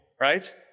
right